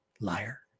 Liar